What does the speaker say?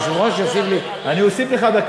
אני מדבר עלינו.